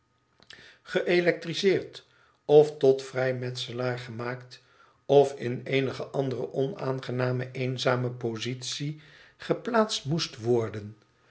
geëlectriseerd of tot vrijmetselaar gemaakt of in eenige andere onaangename eenzame positie geplaatst moest worden